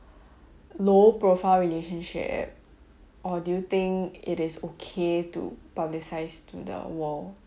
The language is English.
low profile relationship or do you think it is okay to publicise to the world